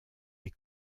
les